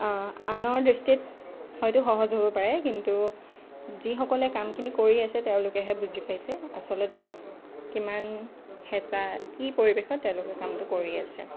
আনৰ দৃষ্টিত হয়তো সহজ হ'ব পাৰে কিন্তু যিসকলে কামখিনি কৰি আছে তেওঁলোকেহে বুজি পাইছে আচলতে কিমান হেঁচা কি পৰিৱেশত তেওঁলোকে কামটো কৰি আছে